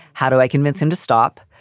how do i convince him to stop?